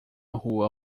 rua